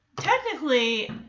technically